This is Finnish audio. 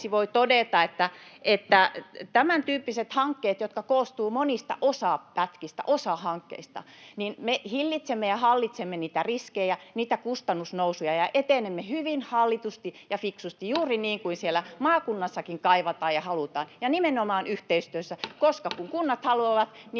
voi todeta, että tämäntyyppisissä hankkeissa, jotka koostuvat monista osapätkistä, osahankkeista, me hillitsemme ja hallitsemme niitä riskejä, niitä kustannusnousuja, ja etenemme hyvin hallitusti ja fiksusti, [Puhemies koputtaa — Antti Kurvinen: Siltä näyttää!] juuri niin kuin siellä maakunnassakin kaivataan ja halutaan, ja nimenomaan yhteistyössä, koska kun kunnat haluavat, niin